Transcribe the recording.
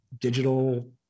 digital